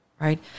Right